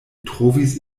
trovis